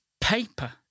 paper